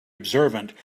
observant